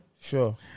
Sure